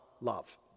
love